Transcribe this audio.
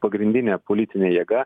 pagrindinė politinė jėga